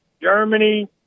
Germany